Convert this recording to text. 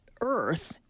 Earth